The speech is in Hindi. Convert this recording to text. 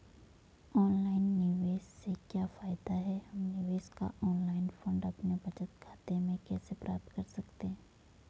ऑनलाइन निवेश से क्या फायदा है हम निवेश का ऑनलाइन फंड अपने बचत खाते में कैसे प्राप्त कर सकते हैं?